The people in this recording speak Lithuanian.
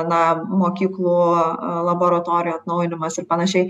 na mokyklų laboratorijų atnaujinimas ir panašiai